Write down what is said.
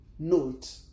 Note